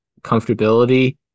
comfortability